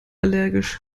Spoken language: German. allergisch